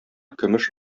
көмеш